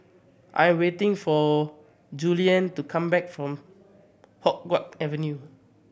I am waiting for Julianne to come back from Hua Guan Avenue